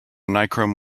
nichrome